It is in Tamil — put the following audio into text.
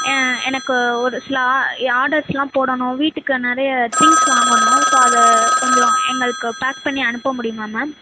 எனக்கு ஒரு சில ஆ ஆடர்ஸ்லாம் போடணும் வீட்டுக்கு நிறைய திங்க்ஸ் வாங்கணும் ஸோ அதை கொஞ்சம் எங்களுக்கு பேக் பண்ணி அனுப்ப முடியுமா மேம்